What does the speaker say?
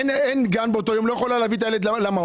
אין גן באותו יום, לא יכולה להביא את הילד למעון.